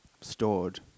stored